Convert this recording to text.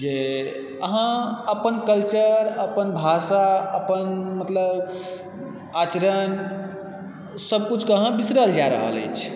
जे अहाँ अपन कल्चर अपन भाषा अपन मतलब आचरण सबकिछुकेँ अहाँ बिसरल जा रहल अछि